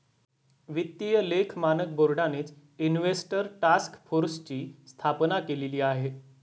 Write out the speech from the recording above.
वित्तीय लेख मानक बोर्डानेच इन्व्हेस्टर टास्क फोर्सची स्थापना केलेली आहे